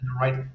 right